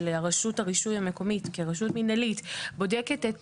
הרשות הרישוי המקומית כרשות מנהלית בודקת את